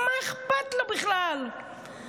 מה אכפת לו בכלל.